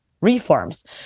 reforms